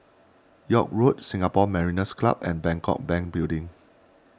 York Road Singapore Mariners' Club and Bangkok Bank Building